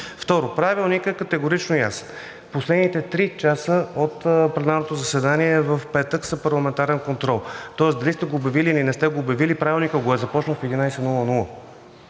Второ, Правилникът е категорично ясен – последните три часа от пленарното заседание в петък са парламентарен контрол. Тоест дали сте го обявили, или не сте го обявили, Правилникът го е започнал в 11,00